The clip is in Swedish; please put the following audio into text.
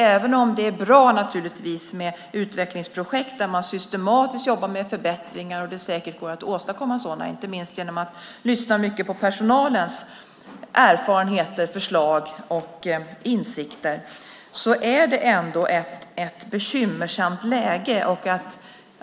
Även om det naturligtvis är bra med utvecklingsprojekt där man systematiskt jobbar med förbättringar - och det går säkert att åstadkomma sådana, inte minst genom att lyssna mycket på personalens erfarenheter, förslag och insikter - är läget ändå bekymmersamt.